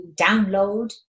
download